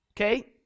Okay